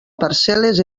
parcel·les